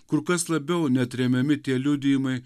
kur kas labiau neatremiami tie liudijimai